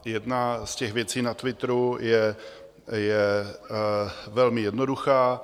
Jedna z těch věcí na Twitteru je velmi jednoduchá.